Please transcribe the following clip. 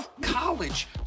College